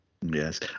yes